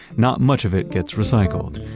not much of it gets recycled.